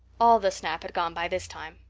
all the snap had gone by this time.